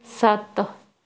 ਸੱਤ